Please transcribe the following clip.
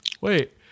Wait